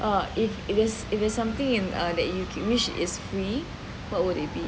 oh if it is if it's something in that you could wish is free what would it be